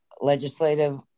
legislative